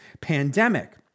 pandemic